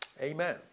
Amen